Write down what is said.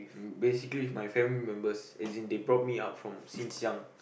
basically my family members as in they brought me up from since young